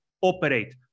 operate